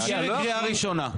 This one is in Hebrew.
נאור שירי, קריאה ראשונה.